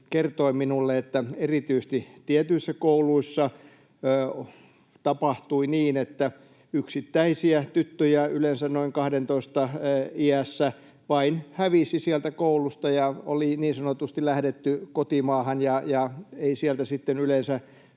kertoi minulle, että erityisesti tietyissä kouluissa tapahtui niin, että yksittäisiä tyttöjä, yleensä noin 12:n iässä, vain hävisi sieltä koulusta. Oli niin sanotusti lähdetty kotimaahan ja ei sieltä sitten yleensä